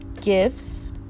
gifts